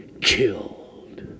killed